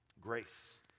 Grace